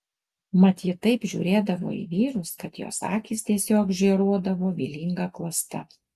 mat ji taip žiūrėdavo į vyrus kad jos akys tiesiog žėruodavo vylinga klasta